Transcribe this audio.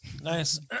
Nice